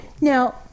Now